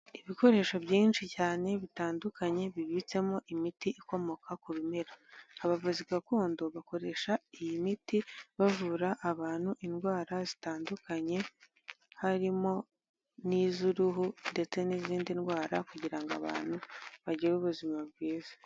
Ibikoresho byinshi cyane bitandukanye bibitsemo imiti ikomoka ku bimera, abavuzi gakondo bakoresha iyi miti bavura abantu indwara zitandukanye harimo n'iz'uruhu ndetse n'izindi ndwara kugira ngo abantu bagire ubuzima bwiza.